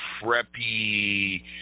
preppy –